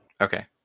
Okay